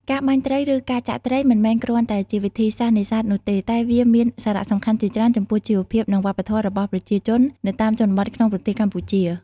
ការបាញ់ត្រី ឬការចាក់ត្រី មិនមែនគ្រាន់តែជាវិធីសាស្ត្រនេសាទនោះទេ តែវាមានសារៈសំខាន់ជាច្រើនចំពោះជីវភាព និងវប្បធម៌របស់ប្រជាជននៅតាមជនបទក្នុងប្រទេសកម្ពុជា។